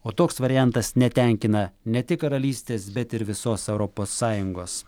o toks variantas netenkina ne tik karalystės bet ir visos europos sąjungos